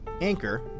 Anchor